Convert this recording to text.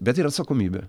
bet ir atsakomybė